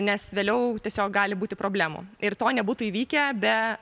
nes vėliau tiesiog gali būti problemų ir to nebūtų įvykę be